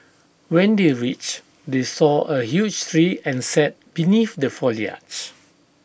when they reached they saw A huge tree and sat beneath the foliage